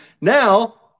Now